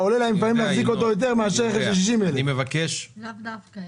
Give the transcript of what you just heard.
עולה להם לפעמים להחזיק אותו יותר מאשר רכב של 60,000. לאו דווקא.